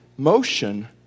Motion